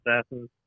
Assassins